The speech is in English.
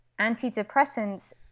antidepressants